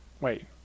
wait